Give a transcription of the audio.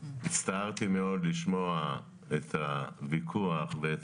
הצטערתי מאוד לשמוע את הוויכוח ואת